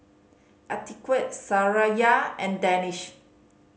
Atiqah Suraya and Danish